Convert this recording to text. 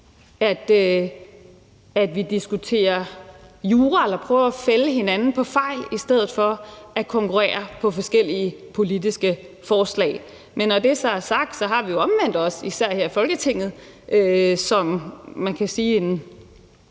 at vi diskuterer jura eller prøver at fælde hinanden på fejl i stedet for at konkurrere på forskellige politiske forslag. Når det så er sagt, har vi jo omvendt også, især her i Folketinget, en magt,